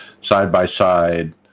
side-by-side